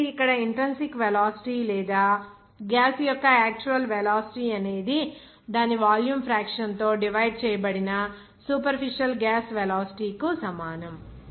కాబట్టి ఇక్కడ intrinsic velocity లేదా గ్యాస్ యొక్క యాక్చువల్ వెలాసిటీ అనేది దాని వాల్యూమ్ ఫ్రాక్షన్ తో డివైడ్ చేయబడిన సూపర్ఫిషల్ గ్యాస్ వెలాసిటీ కి సమానం